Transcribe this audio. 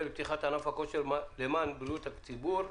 לפתיחת ענף הכושר למען בריאות הציבור,